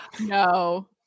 No